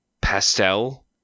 pastel